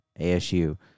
ASU